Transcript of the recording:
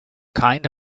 kind